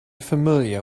familiar